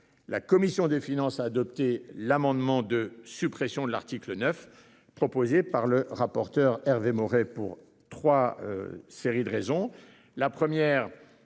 La commission des finances a adopté l'amendement de suppression de l'article 9 proposé par M. le rapporteur, et ce pour trois raisons.